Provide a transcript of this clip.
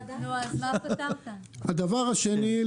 הדבר השני,